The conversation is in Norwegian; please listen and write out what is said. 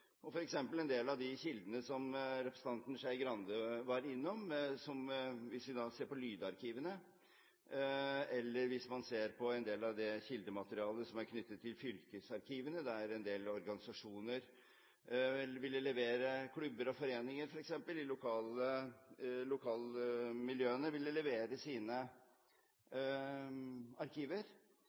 en del av de kildene som representanten Skei Grande var innom. Lydarkivene eller en del av det kildematerialet som er knyttet til fylkesarkivene, der en del organisasjoner, klubber og foreninger, f.eks., i lokalmiljøene ville avhende sine arkiver,